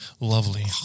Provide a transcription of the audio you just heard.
lovely